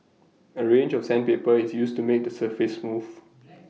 A range of sandpaper is used to make the surface smooth